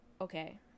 Okay